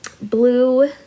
blue